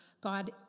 God